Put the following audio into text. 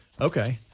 Okay